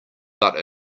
but